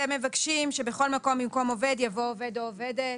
הם מבקשים שבכל מקום במקום "עובד" יבוא עובד או עובדת.